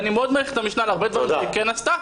אני מאוד מעריך את המשנה על הרבה דברים שהיא כן עשתה,